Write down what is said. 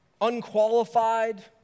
unqualified